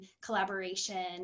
collaboration